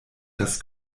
dass